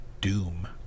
Doom